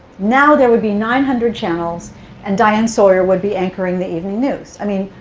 now there would be nine hundred channels and diane sawyer would be anchoring the evening news? i mean,